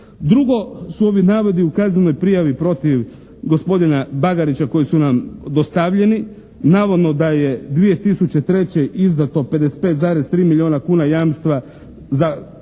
Drugo su ovi navodi u kaznenoj prijavi protiv gospodina Bagarića koji su nam dostavljeni. Navodno da je 2003. izdato 55,3 milijuna kuna jamstva za kojih